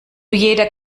jeder